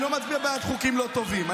אני לא מצביע בעד חוקים לא טובים.